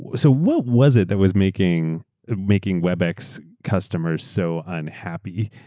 what so what was it that was making making webex customers so unhappy?